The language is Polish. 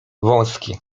wąskie